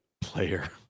Player